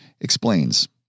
explains